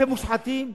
אתם מושחתים.